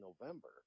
November